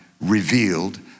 revealed